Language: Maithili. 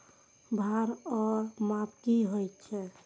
भार ओर माप की होय छै?